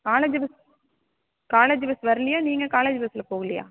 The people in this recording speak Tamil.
காலேஜ் பஸ் காலேஜ் பஸ் வரலியா நீங்கள் காலேஜ் பஸ்ஸில் போகலியா